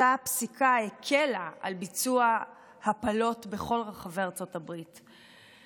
אותה פסיקה שהקלה על ביצוע הפלות בכל רחבי ארצות הברית.